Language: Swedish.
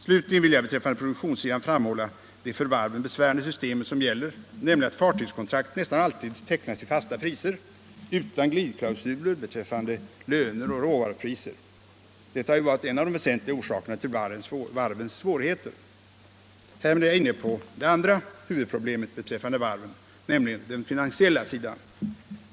Slutligen vill jag beträffande produktionssidan framhålla det för varven besvärande system som gäller, nämligen att fartygskontrakt nästan alltid tecknas i fasta priser utan glidklausuler beträffande löner och råvarupriser. Detta har varit en av de väsentliga orsakerna till varvens svårigheter. Härmed är jag inne på det andra huvudproblemet beträffande varven, nämligen den finansiella sidan.